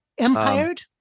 Empired